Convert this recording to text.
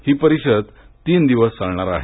ही परिषद तीन दिवस चालणार आहे